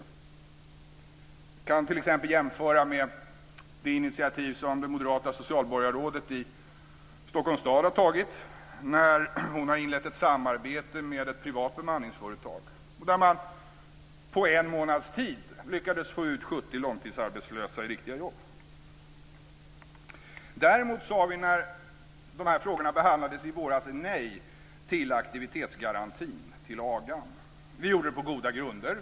Vi kan t.ex. jämföra med det initiativ som det moderata socialborgarrådet i Stockholms stad har tagit, när hon har inlett ett samarbete med ett privat bemanningsföretag och där man på en månads tid lyckades få ut 70 långtidsarbetslösa i riktiga jobb. Däremot sade vi när de här frågorna behandlades i våras nej till aktivitetsgarantin, AGA. Vi gjorde det på goda grunder.